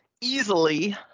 easily